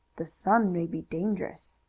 the son may be dangerous.